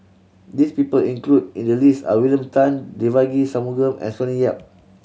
this people included in the list are William Tan Devagi Sanmugam and Sonny Yap